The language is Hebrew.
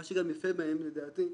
מה שגם יפה בהן לדעתי,